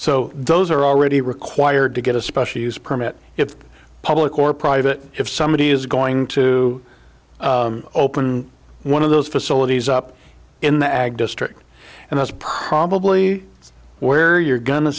so those are already required to get a special use permit if public or private if somebody is going to open one of those facilities up in the ag district and that's probably where you're gonna